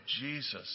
Jesus